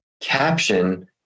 caption